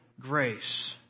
grace